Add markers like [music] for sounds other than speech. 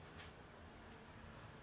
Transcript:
[laughs] !aiyo!